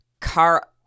car